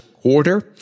quarter